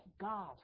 God